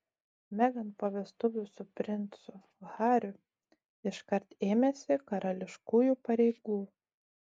meghan po vestuvių su princu hariu iškart ėmėsi karališkųjų pareigų